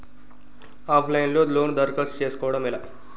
Of line లో loan దరఖాస్తు చేసుకోవడం ఎలా?